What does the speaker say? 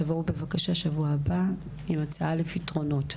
תבואו בבקשה שבוע הבא עם הצעה לפתרונות.